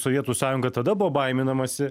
sovietų sąjunga tada buvo baiminamasi